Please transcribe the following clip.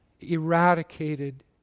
eradicated